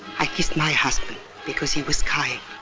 i kissed my husband because he was crying.